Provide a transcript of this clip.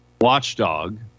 Watchdog